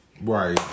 Right